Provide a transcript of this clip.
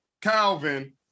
Calvin